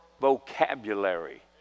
vocabulary